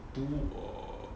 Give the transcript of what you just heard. two or err